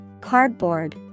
Cardboard